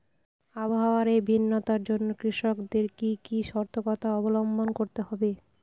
আবহাওয়ার এই ভিন্নতার জন্য কৃষকদের কি কি সর্তকতা অবলম্বন করতে হবে?